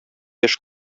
яшь